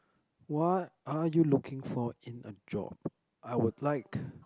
what are you looking for in a job I would like